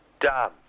Done